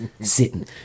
sitting